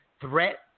threat